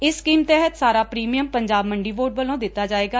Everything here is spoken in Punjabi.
ਇਸ ਸਕੀਮ ਤਹਿਤ ਸਾਰਾ ਪ੍ਰੀਮੀਅਮ ਪੰਜਾਬ ਮੰਡੀ ਬੋਰਡ ਵਲੌਂ ਦਿੱਤਾ ਜਾਵੇਗਾ